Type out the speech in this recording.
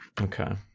okay